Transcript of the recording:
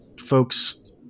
folks